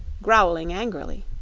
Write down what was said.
growling angrily.